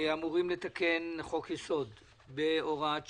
אמורים לתקן חוק יסוד בהוראת שעה.